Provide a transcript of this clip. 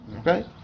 Okay